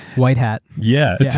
white hat. yeah